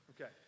Okay